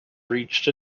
reached